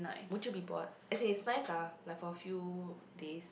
would you be bored as in it's nice lah like for a few days